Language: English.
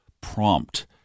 prompt